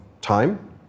time